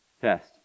test